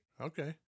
Okay